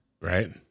Right